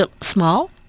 small